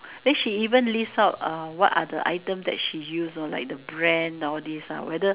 then she even list out uh what are the items that she use uh like the brand all these uh whether